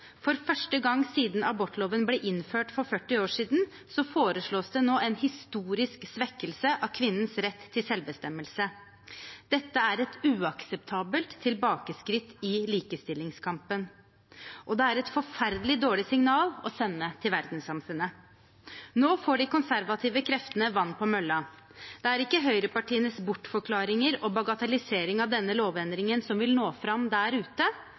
for første gang siden abortloven ble innført for 40 år siden, foreslås det nå en historisk svekkelse av kvinnens rett til selvbestemmelse. Dette er et uakseptabelt tilbakeskritt i likestillingskampen, og det er et forferdelig dårlig signal å sende til verdenssamfunnet. Nå får de konservative kreftene vann på mølla. Det er ikke høyrepartienes bortforklaringer og bagatellisering av denne lovendringen som vil nå fram der ute.